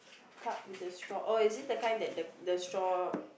cup with the straw oh is it the kind that the the straw